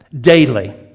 daily